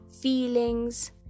feelings